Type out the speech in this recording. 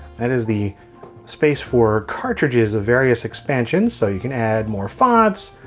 that is the space for cartridges of various expansion so you can add more fonts,